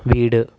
வீடு